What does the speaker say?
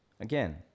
again